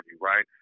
right